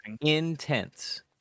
intense